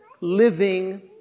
living